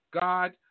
God